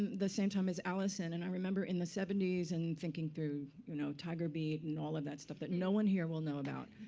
the same time as alison. and i remember in the seventy s and thinking through you know tiger beat and all of that stuff that no one here will know about,